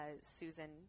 Susan